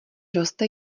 roste